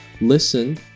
listen